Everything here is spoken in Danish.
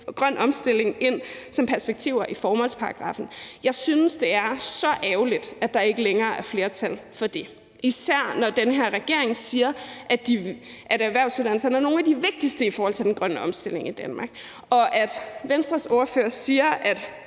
grøn omstilling ind som perspektiver i formålsparagraffen. Jeg synes, at det er så ærgerligt, at der ikke længere er flertal for det, især når den her regering siger, at erhvervsuddannelserne er nogle af de vigtigste i forhold til den grønne omstilling i Danmark, og det, Venstres ordfører siger om, at